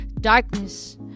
darkness